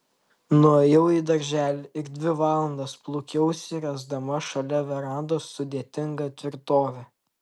nuėjau į darželį ir dvi valandas plūkiausi ręsdama šalia verandos sudėtingą tvirtovę